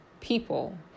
people